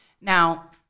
Now